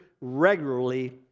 regularly